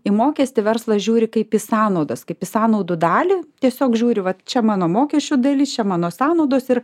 į mokestį verslas žiūri kaip į sąnaudas kaip į sąnaudų dalį tiesiog žiūri vat čia mano mokesčių dalis čia mano sąnaudos ir